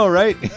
right